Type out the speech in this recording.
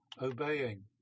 obeying